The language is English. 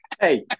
Hey